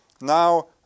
now